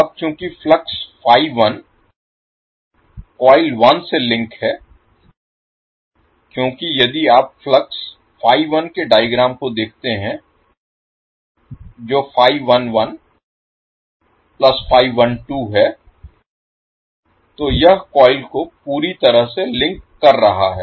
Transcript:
अब चूंकि flux coil 1 से लिंक है क्योंकि यदि आप के डायग्राम को देखते हैं जो है तो यह कॉइल को पूरी तरह से लिंक कर रहा है